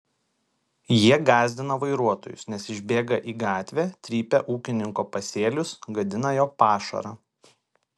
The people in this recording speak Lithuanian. jie gąsdina vairuotojus nes išbėga į gatvę trypia ūkininko pasėlius gadina jo pašarą